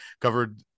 covered